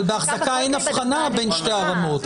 אבל בחזקה אין הבחנה בין שתי הרמות.